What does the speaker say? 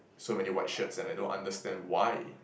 so many white shirts and I don't understand why